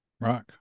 Rock